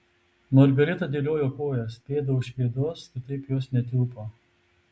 margarita dėliojo kojas pėda už pėdos kitaip jos netilpo